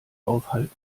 aufhalten